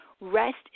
rest